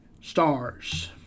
stars